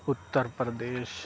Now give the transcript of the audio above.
Uttar Pradesh